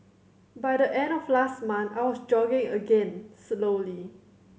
by the end of last month I was jogging again slowly